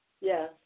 Yes